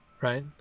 right